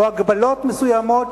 או הגבלות מסוימות,